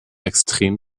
extrem